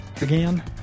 again